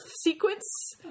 sequence